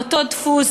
באותו דפוס,